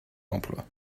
d’emploi